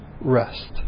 rest